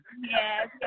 Yes